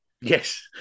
Yes